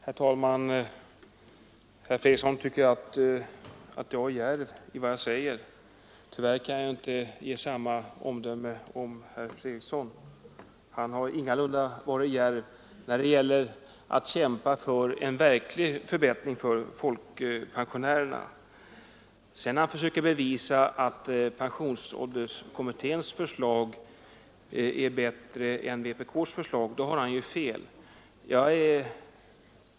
Herr talman! Herr Fredriksson tycker att jag är djärv i vad jag säger. Tyvärr kan jag inte ge samma omdöme om herr Fredriksson. Han har ingalunda varit djärv när det gäller att kämpa för en verklig förbättring för folkpensionärerna. När han försöker att bevisa att pensionsålderskommitténs förslag är bättre än vpk:s förslag har han ju fel.